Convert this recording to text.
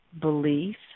Belief